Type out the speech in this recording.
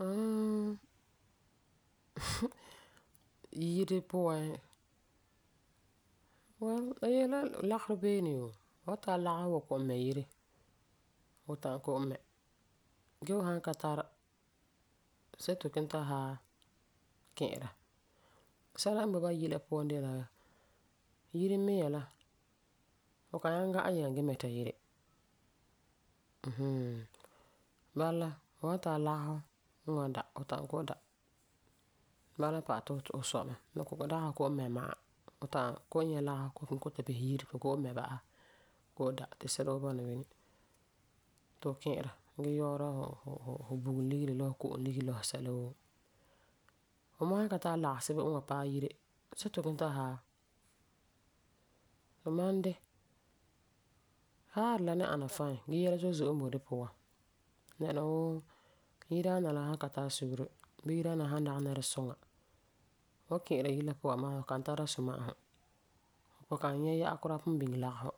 Mm, yire puan, la yese la fu lagefɔ beene yoo. Fu san tara lagefɔ wan kɔ'ɔm mɛ yire, fu ta'am kɔ'ɔm mɛ. Gee fu san ka tara, see ti fu kiŋɛ ta haɛ ki'ira. Sɛla n boi bayi la puan de la, yire mia la fu kan nyaŋɛ gã'a yiŋa gee mɛta yire. Mm hmm Bala la fu san tara lagefɔ n da fu ta'am kɔ'ɔm da. Bala n pa'alɛ ti fu sɔi mɛ la dagi fu kɔ'ɔm mɛ ma'a. Fu ta'am kɔ'ɔm nyɛ lagefɔ kɔ'ɔm kiŋɛ ta bisɛ yire ti ba mɛ ba'asɛ ti sɛla woo bɔna bini ti fu ki'ira ge yɔɔra fu fu bugum ligeri la fu Ko'om ligeri la fu sɛla woo Fu me san ka tara lagesebo n paɛ yire see ti fu kiŋɛ ta haɛ. Tɔ mam de haarɛ la ni ana suŋa gee yɛla zo'e zo'e n ni bɔna bini Dɛna wuu yidaana la san ka tara sugeri bii yidaana la san dagena nɛresuŋa, fu san ki'ira yire la puan amaa fu kan tara suma'asum. Fu kan nyɛ yɔ'ɔ kuraa pugum biŋe lagefɔ.